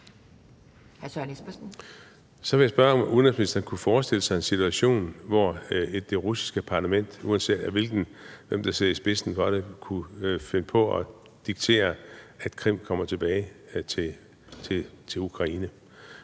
Så vil jeg spørge, om udenrigsministeren kunne forestille sig en situation, hvor det russiske parlament, uanset hvem der sidder i spidsen for det, kunne finde på at diktere, at Krim kommer tilbage til Ukraine.